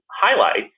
highlights